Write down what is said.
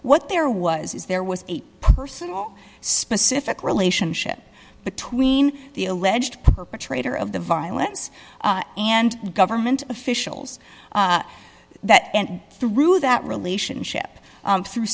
what there was is there was a personal specific relationship between the alleged perpetrator of the violence and government officials that through that relationship through